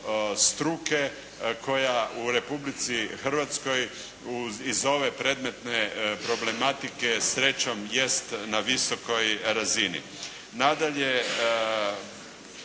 struke koja u Republici Hrvatskoj iz ove predmetne problematike, srećom jest na visokoj razini.